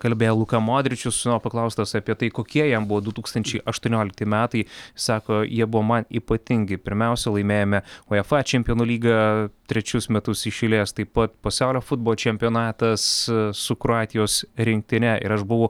kalbėjo luka modričiu o paklaustas apie tai kokie jam buvo du tūkstančiai aštuoniolikti metai sako jie buvo man ypatingi pirmiausia laimėjome uefa čempionų lygą trečius metus iš eilės taip pat pasaulio futbolo čempionatas su kroatijos rinktine ir aš buvau